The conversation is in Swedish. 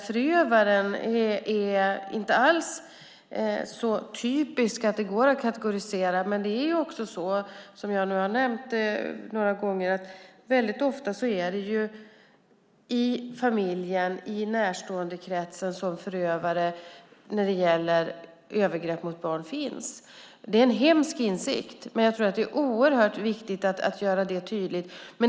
Förövaren är inte alls så typisk att det går att kategorisera. Som jag har nämnt är det ofta i familjen eller närståendekretsen som förövaren finns när det gäller övergrepp på barn. Det är en hemsk insikt, men det är viktigt att göra det tydligt.